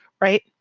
right